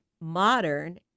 modern